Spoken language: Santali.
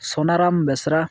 ᱥᱚᱱᱟᱨᱟᱢ ᱵᱮᱥᱨᱟ